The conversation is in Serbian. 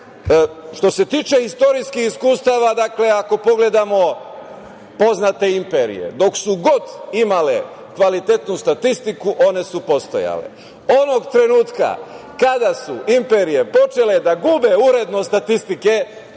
se tiče istorijskih iskustava, dakle, ako pogledamo poznate imperije, dok su god imale kvalitetnu statistiku one su postojale. Onog trenutka kada su imperije počele da gube uredno statistike